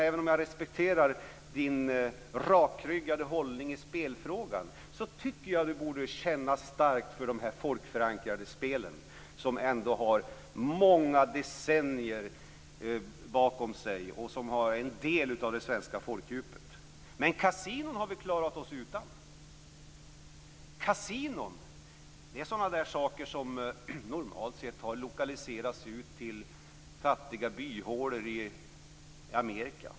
Även om jag respekterar Rolf Åbjörnssons rakryggade hållning i spelfrågan, tycker jag att han borde känna starkt för de folkförankrade spelen, som ändå har många decennier bakom sig och som är en del av det svenska folkdjupet. Men kasinon har vi klarat oss utan. Kasinon är sådana där saker som normalt sett har lokaliserats ut till fattiga byhålor i Amerika.